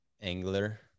angler